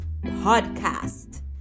podcast